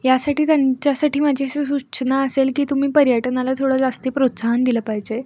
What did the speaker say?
यासाठी त्यांच्यासाठी माझी अशी सु सूचना असेल की तुम्ही पर्यटनाला थोडं जास्त प्रोत्साहन दिलं पाहिजे